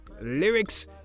lyrics